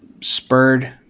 spurred